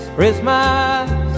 Christmas